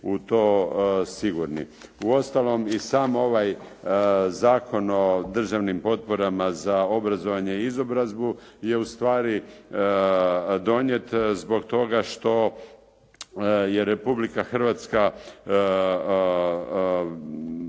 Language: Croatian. u to sigurni? U ostalom i sam ovaj Zakon o državnim potporama za obrazovanje i izobrazbu je ustvari donijet zbog toga što je Republika Hrvatska